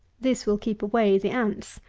this will keep away the ants.